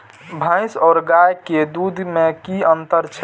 भैस और गाय के दूध में कि अंतर छै?